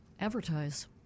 advertise